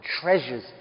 treasures